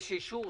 יש אישור?